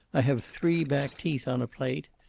i have three back teeth on a plate.